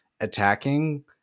attacking